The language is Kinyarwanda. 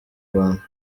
abantu